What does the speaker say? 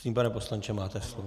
Prosím, pane poslanče, máte slovo.